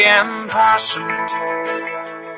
impossible